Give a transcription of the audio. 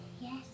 Yes